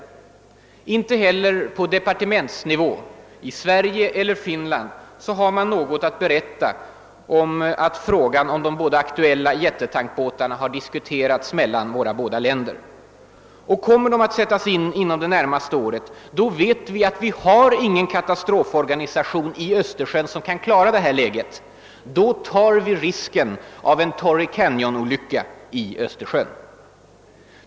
Man har inte heller på departementsnivå i Sverige eller Finland något att berätta i frågan huruvida de båda aktuella jättetankbåtarna har diskuterats mellan våra båda länder. Och kommer de att sättas in under det närmaste året vet vi att det inte finns någon katastroforganisation i Östersjön som kan klara ett sådant läge. Vi tar risken av en Torrey Canyon-olycka i Östersjön.